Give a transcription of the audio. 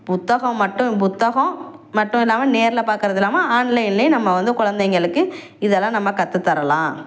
புத்தகம் மட்டும் புத்தகம் மட்டும் இல்லாமல் நேர்ல பார்க்குறது இல்லாமல் ஆன்லைன்லயும் நம்ம வந்து குலந்தைகளுக்கு இதெல்லாம் நம்ம கற்றுத்தரலாம்